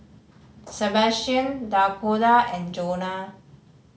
Sabastian Dakoda and Jonah